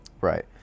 Right